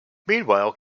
meanwhile